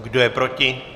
Kdo je proti?